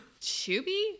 chubby